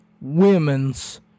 Women's